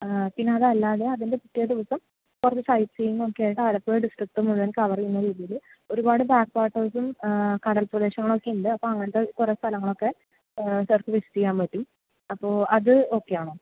പിന്നെ അതല്ലാതെ അതിൻ്റെ പിറ്റേ ദിവസം കുറച്ചു സൈറ്റ് സീയിങ്ങും ഒക്കെയായിട്ട് ആലപ്പുഴ ഡിസ്ട്രിക്ട് മുഴുവൻ കവർ ചെയ്യുന്ന രീതിയിൽ ഒരുപാട് ബാക്ക്വാട്ടേഴ്സും കടൽ പ്രദേശങ്ങളും ഒക്കെയുണ്ട് അപ്പോൾ അങ്ങനത്തെ കുറെ സ്ഥലങ്ങളൊക്കെ സർക്ക് വിസിറ്റ് ചെയ്യാൻപറ്റും അപ്പോൾ അത് ഓക്കെ ആണോ